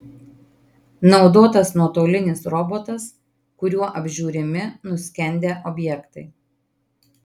naudotas nuotolinis robotas kuriuo apžiūrimi nuskendę objektai